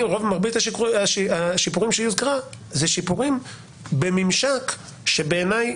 מרבית השיפורים שהיא הזכירה אלה שיפורים בממשק שבעיניי